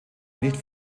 nicht